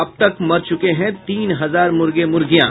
अब तक मर चुके हैं तीन हजार मुर्गे मुर्गियां